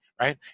right